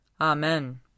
Amen